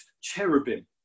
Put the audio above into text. cherubim